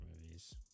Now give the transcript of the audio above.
movies